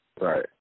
Right